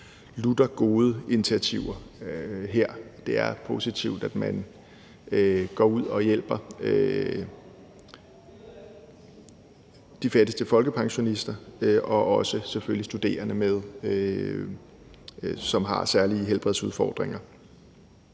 lutter gode initiativer her. Det er positivt, at man går ud og hjælper de fattigste folkepensionister og selvfølgelig også studerende, som har særlige helbredsudfordringer.